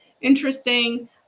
interesting